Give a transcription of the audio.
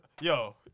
Yo